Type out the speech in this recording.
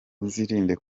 uzirinde